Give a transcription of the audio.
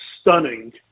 stunning